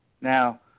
Now